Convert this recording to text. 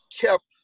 kept